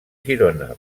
girona